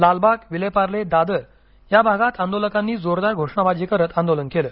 लालबाग विलेपार्ले दादर या भागात आंदोलकानी जोरदार घोषणाबाजी करत आंदोलन केलं